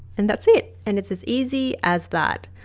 and that's it and it's as easy as that.